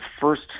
first